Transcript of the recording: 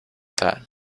that